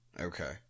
Okay